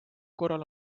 korral